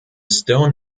stone